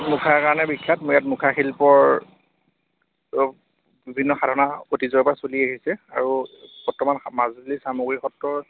মুখাৰ কাৰণে বিখ্যাত ইয়াত মুখা শিল্পৰ বিভিন্ন সাধনা অতীজৰে পৰা চলি আহিছে আৰু বৰ্তমান মাজুলী চামগুৰী সত্ৰৰ